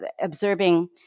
observing